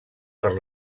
per